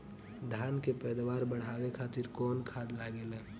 धान के पैदावार बढ़ावे खातिर कौन खाद लागेला?